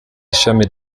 ishami